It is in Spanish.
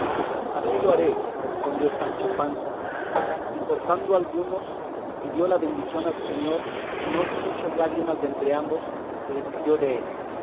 así lo haré respondió sancho panza y cortando algunos pidió la bendición a su señor y no sin muchas lágrimas de entrambos se despidió dél